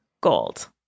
gold